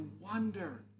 wonder